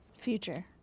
future